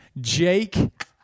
Jake